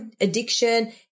addiction